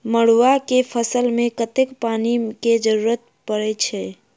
मड़ुआ केँ फसल मे कतेक पानि केँ जरूरत परै छैय?